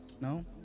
no